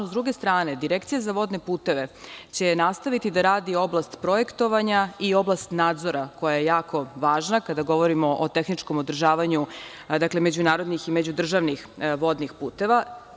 Sa druge strane, Direkcija za vodne puteve će nastaviti da radi oblast projektovanja i oblast nadzora koja je jako važna, kada govorimo o tehničkom održavanju međunarodni i međudržavnih vodnih puteva.